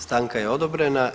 Stanka je odobrena.